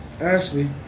Ashley